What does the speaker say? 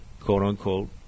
quote-unquote